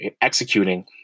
executing